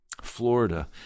Florida